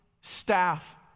staff